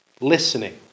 listening